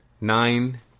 Nine